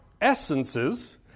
essences